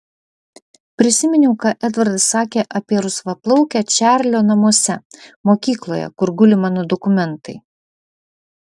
prisiminiau ką edvardas sakė apie rusvaplaukę čarlio namuose mokykloje kur guli mano dokumentai